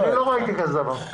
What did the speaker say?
אני לא ראיתי כזה דבר.